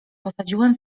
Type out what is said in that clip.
posadziłem